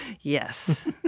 Yes